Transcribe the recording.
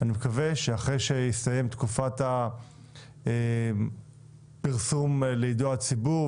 אני מקווה שאחרי שתסתיים תקופת הפרסום לידיעת הציבור,